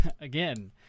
again